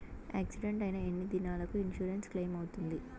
Accident అయిన ఎన్ని దినాలకు ఇన్సూరెన్సు క్లెయిమ్ అవుతుంది?